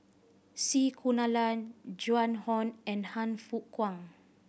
C Kunalan Joan Hon and Han Fook Kwang